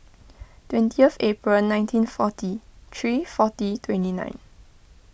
twentieth April nineteen forty three forty twenty nine